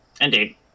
Indeed